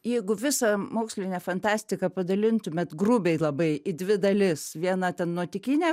jeigu visą mokslinę fantastiką padalintumėt grubiai labai į dvi dalis viena ten nuotykinė